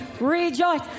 Rejoice